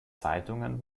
zeitungen